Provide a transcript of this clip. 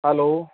hello